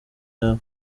yawe